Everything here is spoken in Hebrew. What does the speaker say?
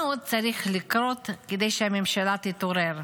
מה עוד צריך לקרות כדי שהממשלה תתעורר?